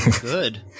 Good